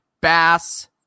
Bass